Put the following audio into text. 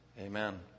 Amen